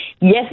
Yes